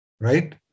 Right